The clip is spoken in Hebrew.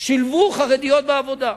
שילבו חרדיות בעבודה.